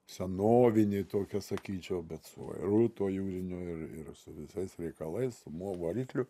senovinė tokia sakyčiau bet su vairu tuo jūriniu ir ir su visais reikalais su mo varikliu